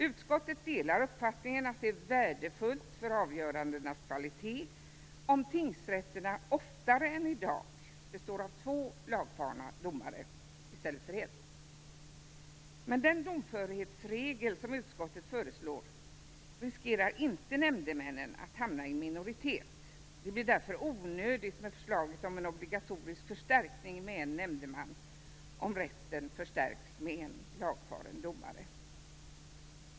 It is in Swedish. Utskottet delar uppfattningen att det är värdefullt för avgörandenas kvalitet om tingsrätterna oftare än i dag består av två lagfarna domare i stället för av en. Med den domförhetsregel som utskottet föreslår riskerar nämndemännen inte att hamna i minoritet. Det blir därför onödigt med förslaget om en obligatorisk förstärkning med en nämndeman, om rätten förstärks med en lagfaren domare.